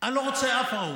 אני לא רוצה שום הרוג,